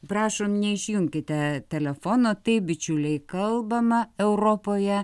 prašom neišjunkite telefono taip bičiuliai kalbama europoje